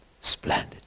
splendid